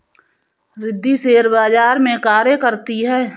Riddhi share बाजार में कार्य करती है